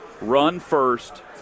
run-first